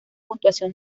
puntuación